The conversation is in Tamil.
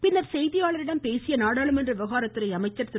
பின்னர் செய்தியாளர்களிடம் பேசிய நாடாளுமன்ற விவகாரத்துறை அமைச்சர் திரு